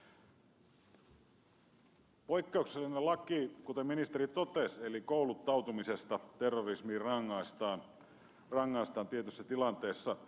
kyseessä on poikkeuksellinen laki kuten ministeri totesi eli kouluttautumisesta terrorismiin rangaistaan tietyssä tilanteessa